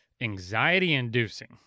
anxiety-inducing